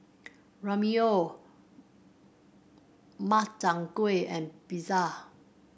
Ramyeon Makchang Gui and Pizza